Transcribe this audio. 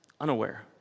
unaware